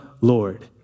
Lord